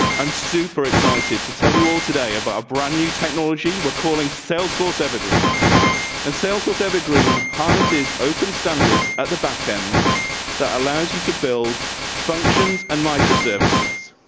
i'm super excited to tell you all today about brand new technology. we're calling cell source evergreen and salesforce. evergreen harnesses open standards at the back end that allows you to build functions and micro service's.